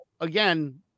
again